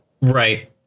right